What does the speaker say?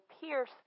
pierce